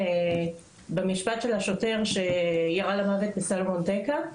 במשפט של השוטר שירה למוות בסלומון טקה.